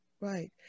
right